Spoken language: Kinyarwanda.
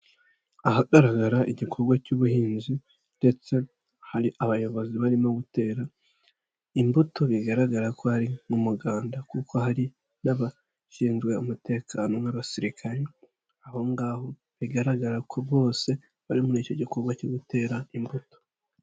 Ahagaragara igikorwa cy'ubuhinzi ndetse hari abayobozi barimo gutera imbuto bigaragara ko ari umuganda kuko hari n'abashinzwe umutekano nk'abasirikare aho ngaho bigaragara ko bose bari muri icyo gikorwa cyo gutera imbuto.